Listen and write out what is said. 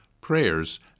prayers